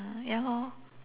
ya lor